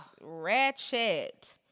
ratchet